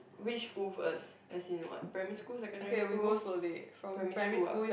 which school first as in what primary school secondary school primary school ah